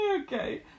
Okay